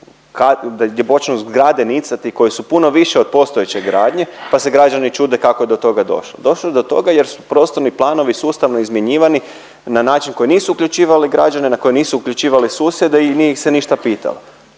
gdje počnu zgrade nicati koje su puno više od postojeće gradnje, pa se građani čude kako je do toga došlo. Došlo je do toga jer su prostorni planovi sustavno izmjenjivani na način koji nisu uključivali građane, na koje nisu uključivali susjede i nije ih se ništa pitalo.